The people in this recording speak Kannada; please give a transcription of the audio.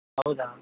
ಹೌದಾ